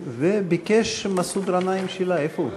וביקש מסעוד גנאים שאלה, איפה הוא?